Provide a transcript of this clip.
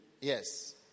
Yes